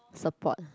support